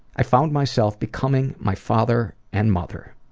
i found myself becoming my father and mother.